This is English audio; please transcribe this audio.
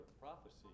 prophecy